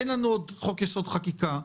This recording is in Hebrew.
אין לנו עוד חוק-יסוד: חקיקה,